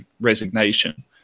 resignation